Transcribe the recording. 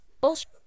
bullshit